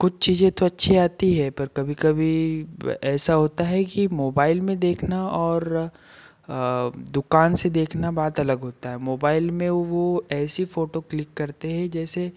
कुछ चीजें तो अच्छी आती हैं पर कभी कभी ब ऐसा होता है कि मोबाइल में देखना और दुकान से देखना बात अलग होता है मोबाइल में वो ऐसी फोटो क्लिक करते हैं जैसे